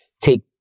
take